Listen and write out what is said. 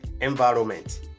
environment